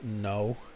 No